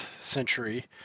century